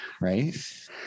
right